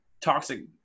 toxic